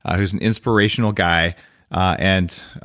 ah who's an inspirational guy and,